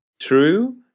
true